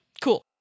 Cool